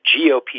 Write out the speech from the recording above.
GOP